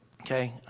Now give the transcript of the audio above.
Okay